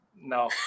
no